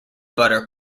butter